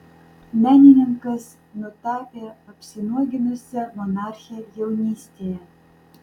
menininkas nutapė apsinuoginusią monarchę jaunystėje